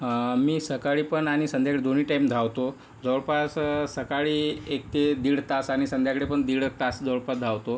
मी सकाळी पण आणि संध्याकाळी दोन्ही टाईम धावतो जवळपास सकाळी एक ते दीड तास आणि संध्याकाळी पण दीड तास जवळपास धावतो